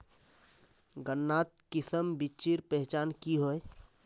गन्नात किसम बिच्चिर पहचान की होय?